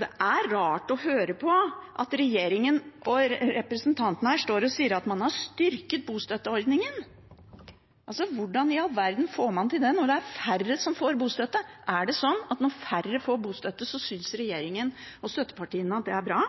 Det er rart å høre på representanter for regjeringen som står her og sier at man har styrket bostøtteordningen. Hvordan i all verden får man til det når det er færre som får bostøtte? Er det sånn at når færre får bostøtte, synes regjeringen og støttepartiene at det er bra?